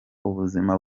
ubuzima